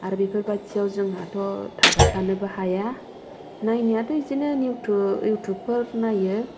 आरो बेफोर बायदिआव जोंहाथ' थाबाय थानोबो हाया नाय नायाथ' बिदिनो इउटुबफोर नायो